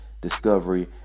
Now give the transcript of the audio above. Discovery